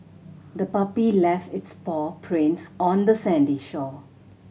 the puppy left its paw prints on the sandy shore